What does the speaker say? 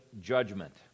judgment